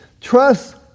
Trust